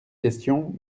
questions